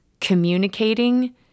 communicating